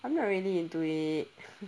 I'm not really into it